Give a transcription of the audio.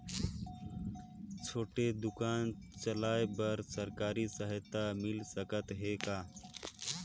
छोटे दुकान चलाय बर सरकारी सहायता मिल सकत हे का?